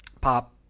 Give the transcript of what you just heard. pop